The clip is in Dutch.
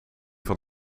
van